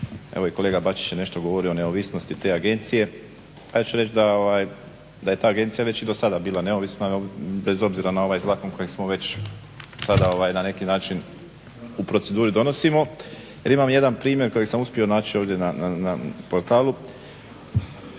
Evo i kolega Bačić je nešto govorio o neovisnosti te agencije. Pa ja ću reći da je ta agencija već i do sada bila neovisna bez obzira na ovaj zakon kojeg smo već sada na neki način u proceduri donosimo jer imamo jedan primjer kojeg sam uspio naći ovdje na portalu.